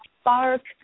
spark